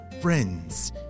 friends